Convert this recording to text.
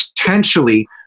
potentially